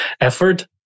effort